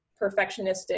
perfectionistic